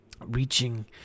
reaching